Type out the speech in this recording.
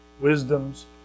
wisdom's